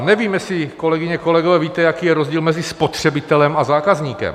Nevím, jestli, kolegyně, kolegové, víte, jaký je rozdíl mezi spotřebitelem a zákazníkem.